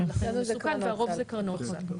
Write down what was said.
--- והרוב זה קרנות סל.